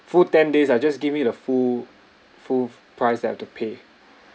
full ten days ah just give me the full full price that I have to pay